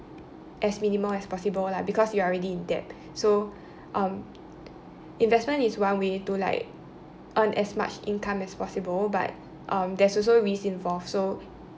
as minimal as possible lah because you are already in debt so um investment is one way to like earn as much income as possible but um there's also risk involved so